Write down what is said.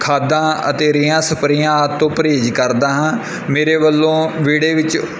ਖਾਦਾਂ ਅਤੇੇ ਰੇਹਾਂ ਸਪਰੇਆਂ ਤੋਂ ਪਰਹੇਜ਼ ਕਰਦਾ ਹਾਂ ਮੇਰੇ ਵੱਲੋਂ ਵਿਹੜੇ ਵਿੱਚ